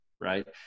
Right